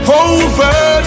over